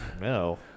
no